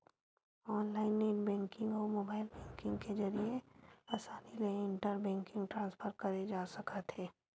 online net banking अउ mobile banking के जरिए असानी ले इंटर बेंकिंग ट्रांसफर करे जा सकत हे